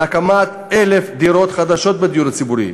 הקמת 1,000 דירות חדשות בדיור הציבורי,